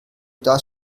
das